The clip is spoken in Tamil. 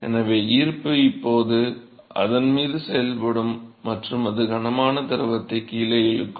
எனவே ஈர்ப்பு இப்போது அதன் மீது செயல்படும் மற்றும் அது கனமான திரவத்தை கீழே இழுக்கும்